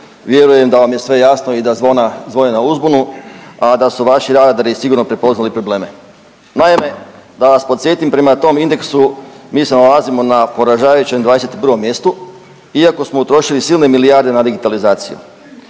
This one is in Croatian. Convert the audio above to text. vjerujem da vam je sve jasno i da zvona zvone na uzbunu, a da su vaši radari sigurno prepoznali probleme. Naime, da vas podsjetim, prema tom indeksu, mi se nalazimo na poražavajućem 21. mjestu iako smo utrošili silne milijarde na digitalizaciju.